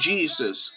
Jesus